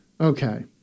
Okay